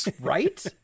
right